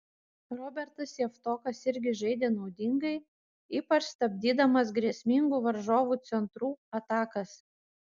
robertas javtokas irgi žaidė naudingai ypač stabdydamas grėsmingų varžovų centrų atakas